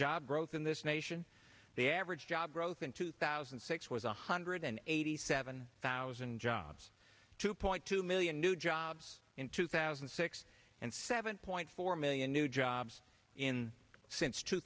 job growth in this nation the average job growth in two thousand and six was a hundred and eighty seven thousand jobs two point two million new jobs in two thousand and six and seven point four million new jobs in since two